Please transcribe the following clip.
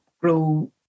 grow